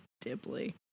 Dibley